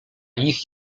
ich